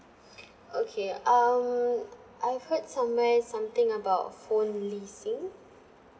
okay um I've heard somewhere something about phone leasing